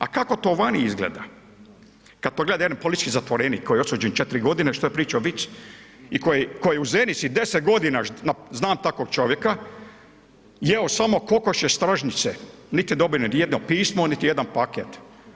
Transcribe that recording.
A kako to vani izgleda, kada pogleda eno politički zatvorenik koji je osuđen četiri godine što je pričao vic i koji u Zenici 10 godina, znam takvog čovjeka, jeo samo kokošje stražnjice niti je dobio nijedno pismo, niti jedan paket.